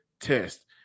test